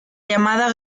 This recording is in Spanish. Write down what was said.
llamada